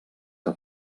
que